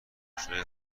اشنایی